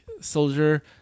soldier